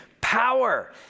power